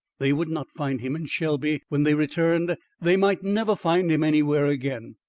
they would not find him in shelby when they returned. they might never find him anywhere again.